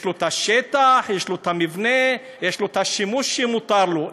יש לו שטח, יש לו מבנה, יש לו שימוש שמותר לו.